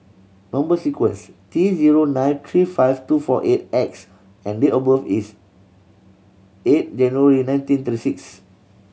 number sequence T zero nine three five two four eight X and date of birth is eight January nineteen thirty six